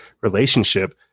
relationship